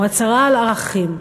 הוא הצהרה על ערכים.